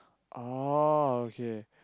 oh okay